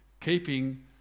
keeping